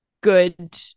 good